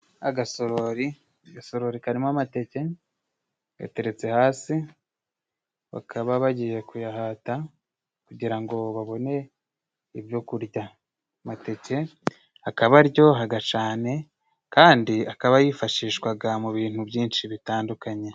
Agasorori，agasorori karimo amateke，gateretse hasi bakaba bagiye kuyahata，kugira ngo babone ibyo kurya. Amateke akaba aryohaga cane，kandi akaba yifashishwaga mu bintu byinshi bitandukanye.